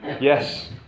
Yes